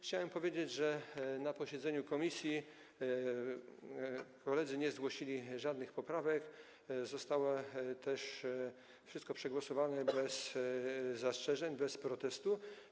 Chciałbym powiedzieć, że na posiedzeniu komisji koledzy nie zgłosili żadnych poprawek, wszystko też zostało przegłosowane bez zastrzeżeń, bez protestu.